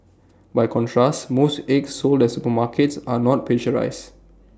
by contrast most eggs sold at supermarkets are not pasteurised